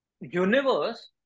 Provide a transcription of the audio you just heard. universe